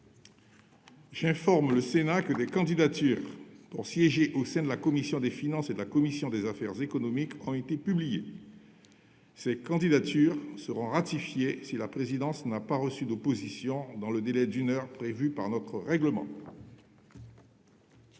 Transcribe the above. J'informe le Sénat que des candidatures pour siéger au sein de la commission des finances et de la commission des affaires économiques ont été publiées. Ces candidatures seront ratifiées si la présidence n'a pas reçu d'opposition dans le délai d'une heure prévu par notre règlement.